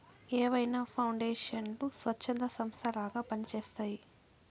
ఏవైనా పౌండేషన్లు స్వచ్ఛంద సంస్థలలాగా పని చేస్తయ్యి